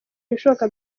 ibishoboka